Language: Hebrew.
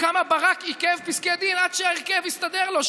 כמה ברק עיכב פסקי דין עד שההרכב יסתדר לו,